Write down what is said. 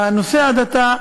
נושא ההדתה,